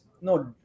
No